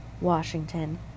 Washington